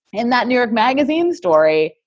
in that new york magazine story,